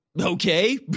Okay